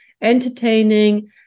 entertaining